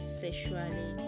sexually